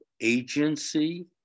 agency